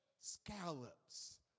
scallops